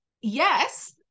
yes